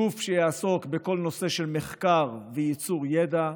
גוף שיעסוק בכל הנושא של מחקר וייצור ידע,